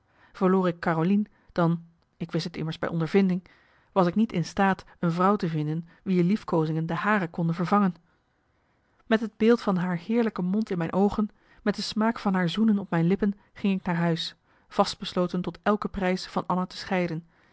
ik carolien dan ik wist t immers bij ondervinding was ik niet in staat een vrouw te vinden wier liefkoozingen de hare konden vervangen met het beeld van haar heerlijke mond in mijn oogen met de smaak van haar zoenen op mijn lippen ging ik naar huis vast besloten tot elke prijs van anna te scheiden